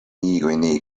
niikuinii